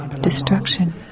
destruction